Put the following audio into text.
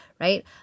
right